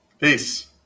Peace